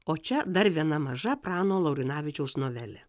o čia dar viena maža prano laurinavičiaus novelė